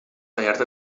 tallat